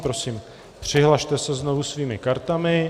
Prosím, přihlaste se znovu svými kartami.